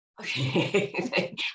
Okay